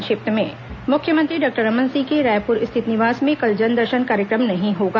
संक्षिप्त समाचार मुख्यमंत्री डॉक्टर रमन सिंह के रायपुर स्थित निवास में कल जनदर्शन कार्यक्रम नहीं होगा